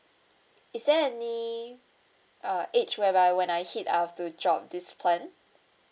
is there any uh age whereby when I hit I'll have to drop this plan